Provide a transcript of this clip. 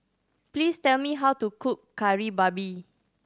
please tell me how to cook Kari Babi